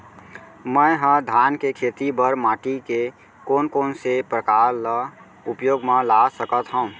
मै ह धान के खेती बर माटी के कोन कोन से प्रकार ला उपयोग मा ला सकत हव?